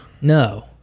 No